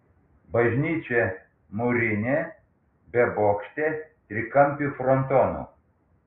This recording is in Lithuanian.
bažnyčia mūrinė bebokštė trikampiu frontonu